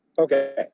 Okay